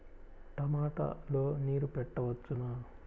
టమాట లో నీరు పెట్టవచ్చునా?